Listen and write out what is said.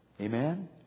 Amen